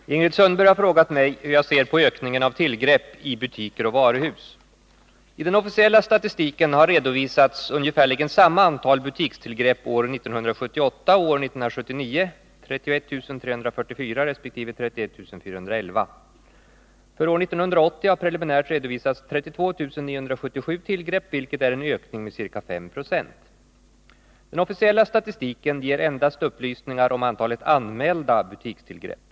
Herr talman! Ingrid Sundberg har frågat mig hur jag ser på ökningen av tillgrepp i butiker och varuhus. I den officiella statistiken har redovisats ungefärligen samma antal Den officiella statistiken ger endast upplysningar om antalet anmälda butikstillgrepp.